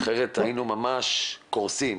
אחרת היינו ממש קורסים.